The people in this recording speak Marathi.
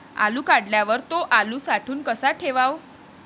आलू काढल्यावर थो आलू साठवून कसा ठेवाव?